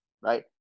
right